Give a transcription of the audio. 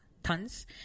Tons